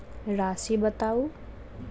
राशि बताउ